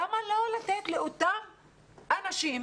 למה לא לתת לאותם אנשים,